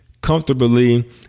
comfortably